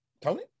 Tony